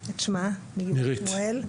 שמואל,